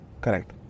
Correct